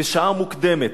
בשעה מוקדמת,